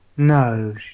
No